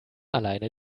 alleine